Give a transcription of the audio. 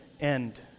end